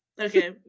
Okay